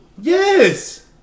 Yes